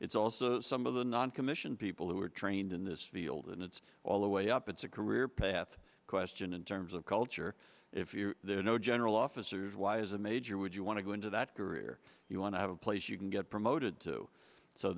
it's also some of the noncommissioned people who are trained in this field and it's all the way up it's a career path question in terms of culture if you know general officers why is a major would you want to go into that career you want to have a place you can get promoted to so